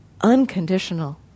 unconditional